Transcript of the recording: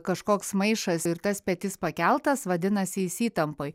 kažkoks maišas ir tas petys pakeltas vadinasi jis įtampoj